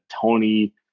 Tony